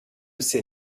ces